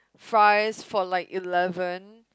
fries for like eleven